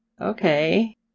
Okay